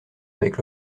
avec